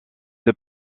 deux